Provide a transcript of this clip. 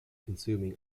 consuming